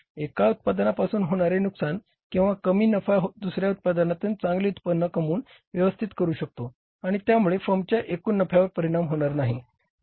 एका उत्पादनातून होणारे नुकसान किंवा कमी नफा दुसऱ्या उत्पादनात चांगले उत्पन्न कमवून व्यवस्थापित करू शकतो आणि त्यामुळे फर्मच्या एकूण नफ्यावर परिणाम होणार नाही